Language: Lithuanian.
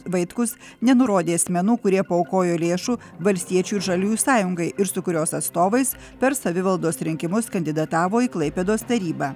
vaitkus nenurodė asmenų kurie paaukojo lėšų valstiečių ir žaliųjų sąjungai ir su kurios atstovais per savivaldos rinkimus kandidatavo į klaipėdos tarybą